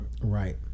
Right